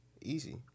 easy